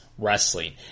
Wrestling